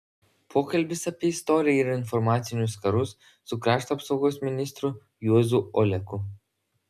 pokalbis apie istoriją ir informacinius karus su krašto apsaugos ministru juozu oleku